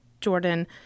jordan